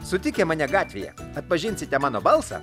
sutikę mane gatvėje atpažinsite mano balsą